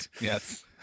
Yes